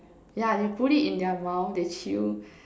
yeah they put it in their mouth they chew